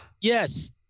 Yes